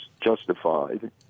justified